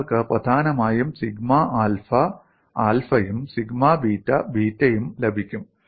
നിങ്ങൾക്ക് പ്രധാനമായും sigma alpha ആൽഫയും സിഗ്മ ബീറ്റ ബീറ്റയും ലഭിക്കും